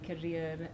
career